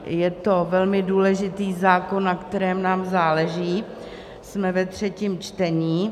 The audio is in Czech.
Je to velmi důležitý zákon, na kterém nám záleží, jsme ve třetím čtení.